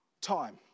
Time